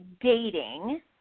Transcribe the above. dating